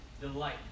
Delight